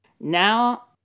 Now